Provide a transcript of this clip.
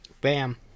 Bam